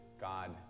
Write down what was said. God